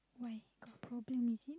why got problem is it